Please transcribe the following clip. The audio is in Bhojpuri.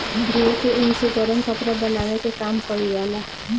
भेड़ के ऊन से गरम कपड़ा बनावे के काम कईल जाला